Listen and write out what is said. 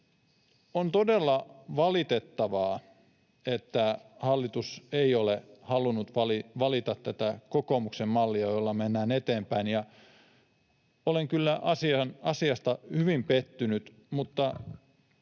On todella valitettavaa, että hallitus ei ole halunnut valita tätä kokoomuksen mallia, jolla mennä eteenpäin, ja olen kyllä asiasta hyvin pettynyt. Mutta